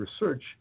research